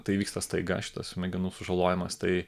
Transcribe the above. tai įvyksta staiga šitas smegenų sužalojimas tai